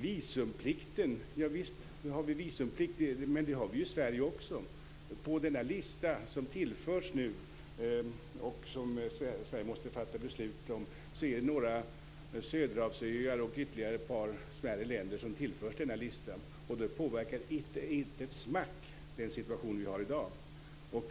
till visumplikten. Visst får vi visumplikt. Men det har vi i Sverige också. När det gäller denna lista som Sverige måste fatta beslut om är det några söderhavsöar och ytterligare ett par smärre länder som tillförs. Det påverkar inte ett smack den situation vi har i dag.